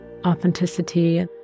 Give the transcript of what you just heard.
authenticity